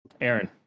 Aaron